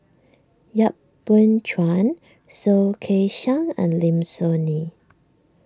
Yap Boon Chuan Soh Kay Siang and Lim Soo Ngee